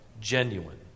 genuine